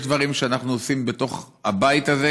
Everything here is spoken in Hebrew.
יש דברים שאנחנו עושים בתוך הבית הזה.